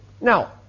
Now